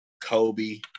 Kobe